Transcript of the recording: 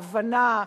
ההבנה,